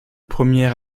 premier